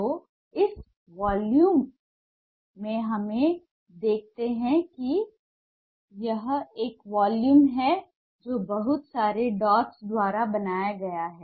तो इस वॉल्यूम में हम देखते हैं कि यह एक वॉल्यूम है जो बहुत सारे डॉट्स द्वारा बनाया गया है